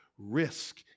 risk